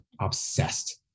obsessed